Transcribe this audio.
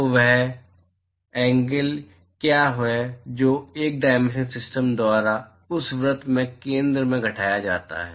तो वह एंगल क्या है जो इस 1 डायमेंशनल सिस्टम द्वारा उस वृत्त के केंद्र में घटाया जाता है